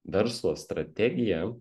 verslo strategija